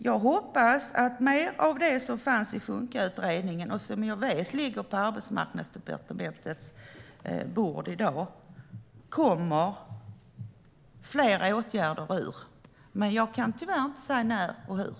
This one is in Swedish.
Jag hoppas att det kommer fler åtgärder med anledning av det som fanns i Funkautredningen och som jag vet ligger på Arbetsmarknadsdepartementets bord i dag. Men jag kan tyvärr inte säga när och hur.